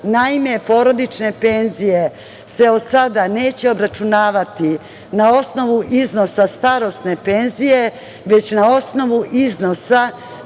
porodične penzije se od sada neće obračunavati na osnovu iznosa prevremene starosne penzije, već na osnovu iznosa